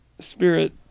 spirit